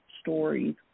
stories